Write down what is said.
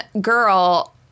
girl